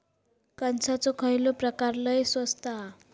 कणसाचो खयलो प्रकार लय स्वस्त हा?